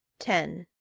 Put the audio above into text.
ten.